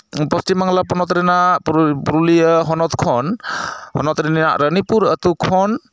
ᱯᱚᱥᱪᱤᱢ ᱵᱟᱝᱞᱟ ᱯᱚᱱᱚᱛ ᱨᱮᱱᱟᱜ ᱯᱩᱨᱩᱞᱤᱭᱟᱹ ᱦᱚᱱᱚᱛ ᱠᱷᱚᱱ ᱦᱚᱱᱚᱛ ᱨᱮᱱᱟᱜ ᱨᱟᱱᱤᱯᱩᱨ ᱟᱹᱛᱩ ᱠᱷᱚᱱ